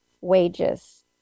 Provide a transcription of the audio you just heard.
wages